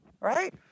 right